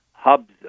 hubs